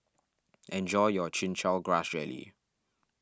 enjoy your Chin Chow Grass Jelly